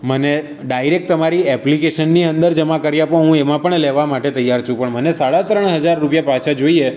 મને ડાયરેક તમારી એપ્લિકેશનની અંદર જમા કરી આપો હું એમાં પણ લેવા માટે તૈયાર છું પણ મને સાડા ત્રણ હજાર રૂપિયા પાછા જોઈએ